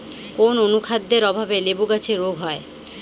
কোন অনুখাদ্যের অভাবে লেবু গাছের রোগ হয়?